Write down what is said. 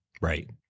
right